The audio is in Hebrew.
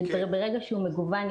ברגע שהוא מגוון,